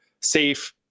safe